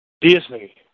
Disney